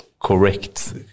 correct